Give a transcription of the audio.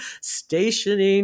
stationing